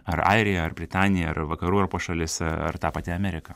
ar airija ar britanija ar vakarų europos šalis a ar ta pati amerika